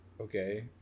Okay